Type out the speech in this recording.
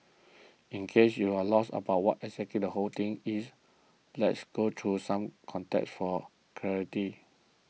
in case you're lost about what exactly the whole thing is let's go through some context for clarity